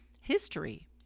history